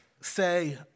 say